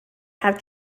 have